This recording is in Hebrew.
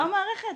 לא המערכת.